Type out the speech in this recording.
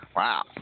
Wow